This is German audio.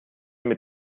mit